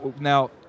now